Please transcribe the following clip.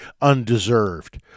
undeserved